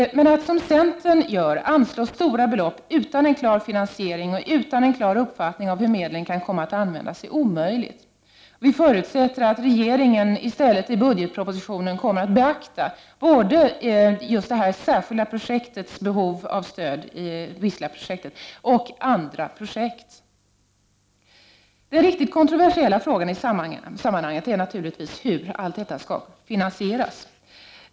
Men det är omöjligt att liksom centern anslå stora belopp utan en klar finansiering och utan en klar uppfattning av hur medlen kan komma att användas. Vi förutsätter i stället att regeringen i budgetpropositionen kommer att beakta både Wistaprojektets behov av stöd och andra projekt. Den riktigt kontroversiella frågan i sammanhanget är naturligtvis hur allt detta skall finansieras.